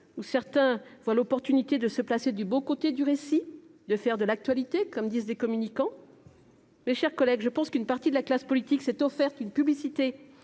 certains voient une opportunité de se placer du bon côté du récit, de « faire l'actualité », comme disent les communicants. Mes chers collègues, je pense qu'une partie de la classe politique s'est offert une publicité